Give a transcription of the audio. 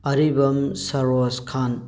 ꯑꯔꯤꯕꯝ ꯁꯔꯣꯁ ꯈꯥꯟ